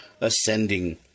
Ascending